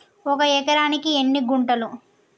ఒక ఎకరానికి ఎన్ని గుంటలు?